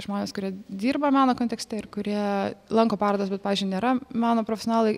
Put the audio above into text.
žmonės kurie dirba meno kontekste ir kurie lanko parodas bet pavyzdžiui nėra meno profesionalai